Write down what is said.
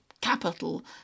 capital